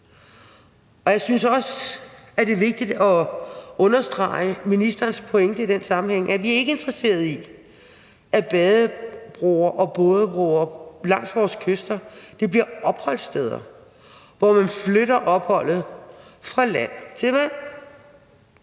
Og jeg synes også, at det er vigtigt at understrege ministerens pointe i den sammenhæng, nemlig at vi ikke er interesserede i, at badebroer og bådebroer langs vores kyster bliver opholdssteder, hvor man flytter opholdet fra land til vand.